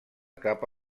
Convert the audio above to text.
cap